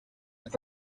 with